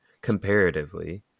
comparatively